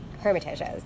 hermitages